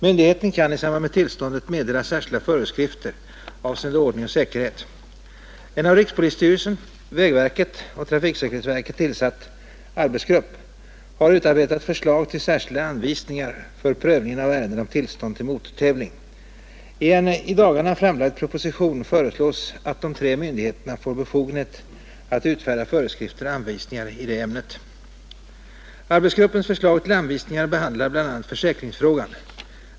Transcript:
Myndigheten kan i samband med tillståndet meddela särskilda föreskrifter med avseende på ordning och säkerhet. En av rikspolisstyrelsen, statens vägverk och statens trafiksäkerhetsverk tillsatt arbetsgrupp har utarbetat förslag till särskilda anvisningar för prövningen av ärenden om tillstånd till motortävling. I en i dagarna framlagd proposition föreslås att de tre myndigheterna får befogenhet att utfärda föreskrifter och anvisningar i detta ämne. Arbetsgruppens förslag till anvisningar behandlar bl.a. försäkringsfrågan.